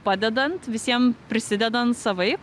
padedant visiem prisidedant savaip